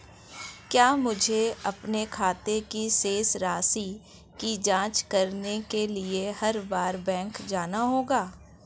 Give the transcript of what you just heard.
क्या मुझे अपने खाते की शेष राशि की जांच करने के लिए हर बार बैंक जाना होगा?